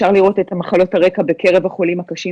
אני מראה לכם מה מחלות הרקע בקרב החולים הקשים